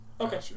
Okay